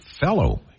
fellow